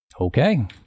Okay